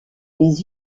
les